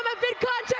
ah vidcon